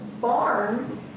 barn